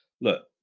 look